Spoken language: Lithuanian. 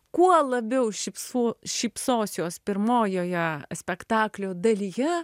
kuo labiau šypsosiuos pirmojoje spektaklio dalyje